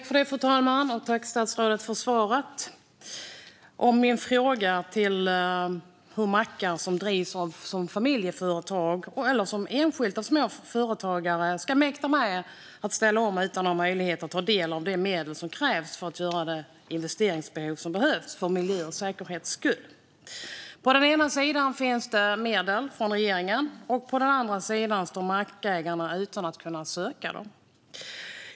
Fru talman! Tack, statsrådet, för svaret på min fråga om hur mackar som drivs som familjeföretag eller av enskilda småföretagare ska mäkta med att ställa om utan att ha möjlighet att ta del av de medel som behövs för att göra de investeringar som krävs för miljö och för säkerhet. På ena sidan finns medel från regeringen, och på andra sidan står mackägarna utan att kunna söka dem.